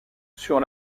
sur